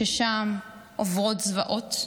שעוברות שם זוועות.